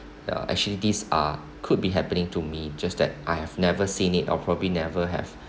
uh actually these are could be happening to me just that I have never seen it or probably never have